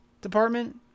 Department